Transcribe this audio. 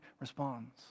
responds